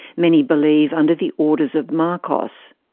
many believe under the orders of marcos.